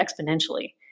exponentially